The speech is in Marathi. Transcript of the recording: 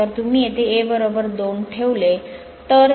जर तुम्ही येथे A 2 ठेवले तर